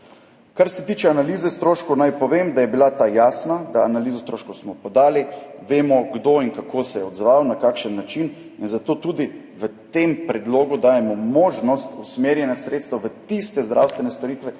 Kar se tiče analize stroškov, naj povem, da je bila ta jasna, da analizo stroškov smo podali. Vemo, kdo in kako se je odzval, na kakšen način, in zato tudi v tem predlogu dajemo možnost usmerjanja sredstev v tiste zdravstvene storitve,